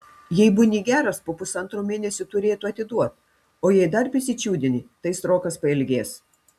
jei būni geras po pusantro mėnesio turėtų atiduot o jei dar prisičiūdini tai srokas pailgės